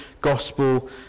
gospel